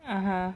(uh huh)